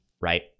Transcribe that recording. right